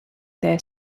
their